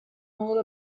all